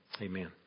Amen